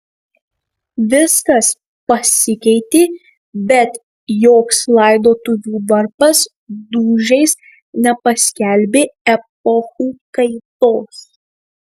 viskas pasikeitė bet joks laidotuvių varpas dūžiais nepaskelbė epochų kaitos